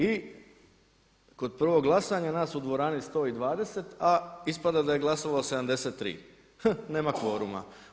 I kod prvog glasanja nas u dvorani 120 a ispada da je glasovalo 73, hm, nema kvoruma.